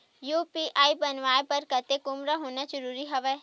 UPI बनवाय बर कतेक उमर होना जरूरी हवय?